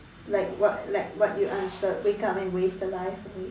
like what like what you answered wake up and waste the life away